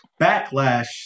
backlash